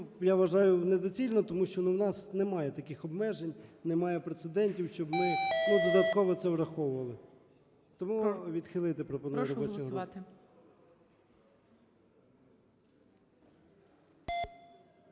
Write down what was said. я вважаю, недоцільно, тому що в нас немає таких обмежень, немає прецедентів, щоб ми додатково це враховували. Тому відхилити пропонує робоча група.